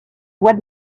voie